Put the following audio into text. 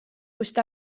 kust